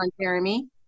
Jeremy